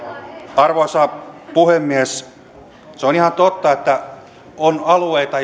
arvoisa puhemies se on ihan totta että on alueita